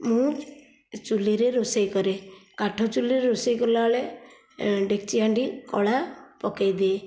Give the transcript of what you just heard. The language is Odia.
ମୁଁ ଚୁଲିରେ ରୋଷେଇ କରେ କାଠ ଚୁଲିରେ ରୋଷେଇ କଲା ବେଳେ ଡେକ୍ଚି ହାଣ୍ଡି କଳା ପକେଇ ଦିଏ